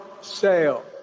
sale